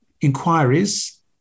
inquiries